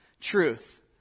truth